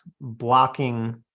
blocking